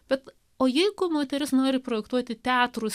bet o jeigu moteris nori projektuoti teatrui